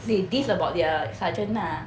they diss about their sergeant lah